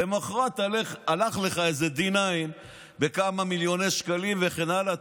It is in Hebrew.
למוחרת הלך לך איזה D9 בכמה מיליוני שקלים וכן הלאה.